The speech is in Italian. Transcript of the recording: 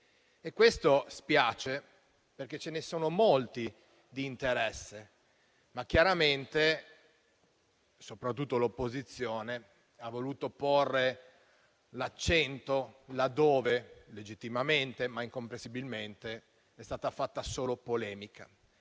Questo spiace, perché ce ne sono molti di interesse. Ma, chiaramente, soprattutto l'opposizione ha voluto porre l'accento là dove legittimamente, ma incomprensibilmente, è stata fatta solo polemica.